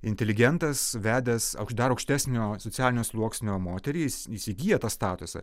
inteligentas vedęs dar aukštesnio socialinio sluoksnio moterį jis jis įgyja tą statusą